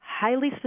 highly